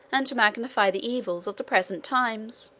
and to magnify the evils, of the present times.